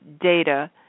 data